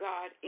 God